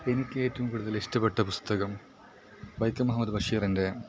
എനിക്കേറ്റവും കൂടുതൽ ഇഷ്ടപെട്ട പുസ്തകം വൈക്കം മുഹമ്മദ് ബഷീറിൻ്റെ